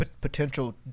potential